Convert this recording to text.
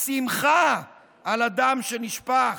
השמחה על הדם הנשפך.